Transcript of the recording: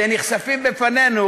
הנתונים שנחשפים בפנינו,